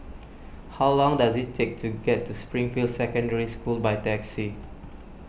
how long does it take to get to Springfield Secondary School by taxi